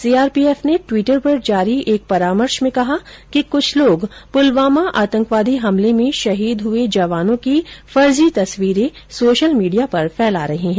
CRPF ने Twitter पर जारी एक परामर्श में कहा कि कुछ लोग पुलवामा आतंकवादी हमले में शहीद हुए जवानों की फर्जी तस्वीरें सोशल मीडिया पर र्फेला रहे हैं